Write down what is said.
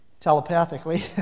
telepathically